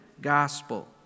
gospel